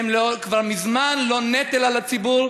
שהם כבר מזמן לא נטל על הציבור